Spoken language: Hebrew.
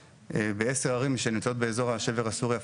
ב-10 ערים שנמצאות באזור השבר הסורי אפריקאי,